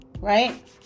right